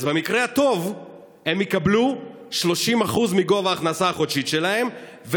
אז במקרה הטוב הם יקבלו 30% מגובה ההכנסה החודשית שלהם.